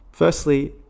Firstly